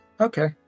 Okay